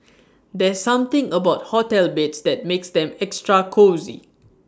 there's something about hotel beds that makes them extra cosy